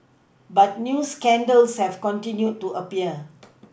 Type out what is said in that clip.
but new scandals have continued to appear